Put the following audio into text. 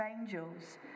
angels